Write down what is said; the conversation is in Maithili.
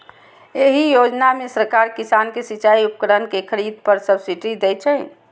एहि योजना मे सरकार किसान कें सिचाइ उपकरण के खरीद पर सब्सिडी दै छै